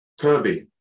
Kirby